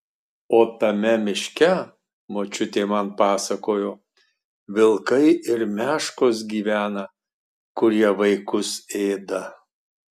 o tame miške močiutė man pasakojo vilkai ir meškos gyvena kurie vaikus ėda